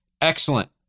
Excellent